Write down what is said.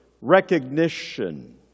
recognition